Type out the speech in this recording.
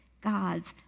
God's